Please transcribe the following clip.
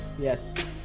Yes